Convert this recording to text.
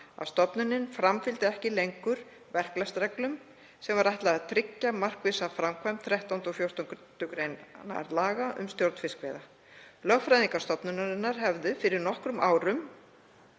að stofnunin framfylgdi ekki lengur verklagsreglum sem var ætlað að tryggja markvissa framkvæmd 13. og 14. gr. laga um stjórn fiskveiða. Lögfræðingar stofnunarinnar hefðu „fyrir nokkrum árum“